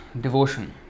devotion